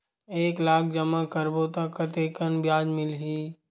एक लाख जमा करबो त कतेकन ब्याज मिलही?